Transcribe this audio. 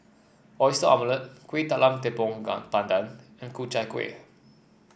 Oyster Omelette Kuih Talam Tepong Pandan and Ku Chai Kueh